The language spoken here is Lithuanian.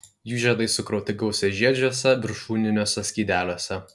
jų žiedai sukrauti gausiažiedžiuose viršūniniuose skydeliuose